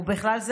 ובכלל זה,